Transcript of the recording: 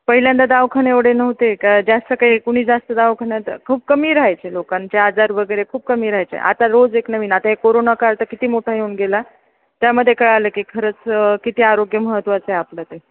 पहिल्यांदा दावखाने एवढे नव्हते का जास्त काही कुणी जास्त दावखान्यात खूप कमी राहायचे लोकांचे आजार वगैरे खूप कमी राहायचे आता रोज एक नवीन आता हे कोरोना काळ तर किती मोठा येऊन गेला त्यामध्ये कळलं की खरंच किती आरोग्य महत्त्वाचं आहे आपलं ते